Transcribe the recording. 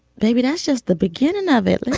maybe that's just the beginning of it. like